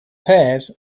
pears